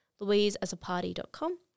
LouiseAsAParty.com